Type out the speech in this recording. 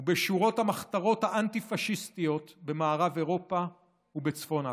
ובשורות המחתרות האנטי-פשיסטיות במערב אירופה ובצפון אפריקה.